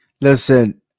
listen